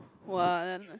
one